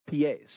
PAs